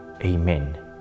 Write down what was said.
Amen